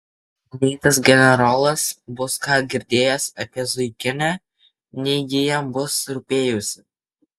nei tas generolas bus ką girdėjęs apie zuikinę nei ji jam bus rūpėjusi